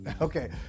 Okay